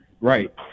right